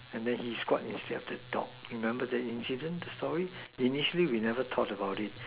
and then he squat in front of the dog remember that incident the story initially we never talk about the story